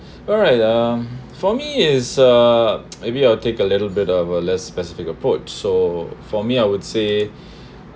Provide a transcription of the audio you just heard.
alright um for me is uh maybe I'll take a little bit of uh less specific approach so for me I would say